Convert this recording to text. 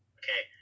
okay